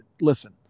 listen